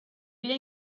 vida